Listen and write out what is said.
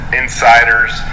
insiders